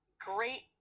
great